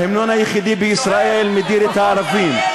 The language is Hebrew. ההמנון היחידי בישראל מדיר את הערבים.